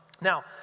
Now